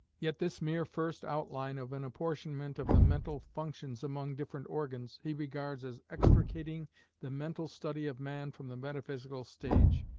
yet this mere first outline of an apportionment of the mental functions among different organs, he regards as extricating the mental study of man from the metaphysical stage,